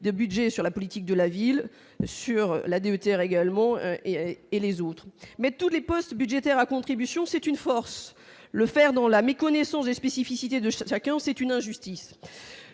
de budget sur la politique de la ville, sur la 2 tiers également et et les autres, mais tous les postes budgétaires à contribution, c'est une force le faire dans la méconnaissance des spécificités de chacun, c'est une injustice,